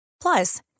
Plus